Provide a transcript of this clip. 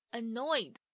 annoyed